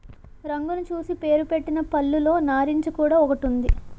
రంగును చూసి పేరుపెట్టిన పళ్ళులో నారింజ కూడా ఒకటి ఉంది